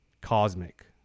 cosmic